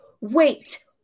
Wait